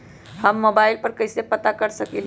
हम मोबाइल पर कईसे पता कर सकींले?